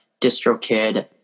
DistroKid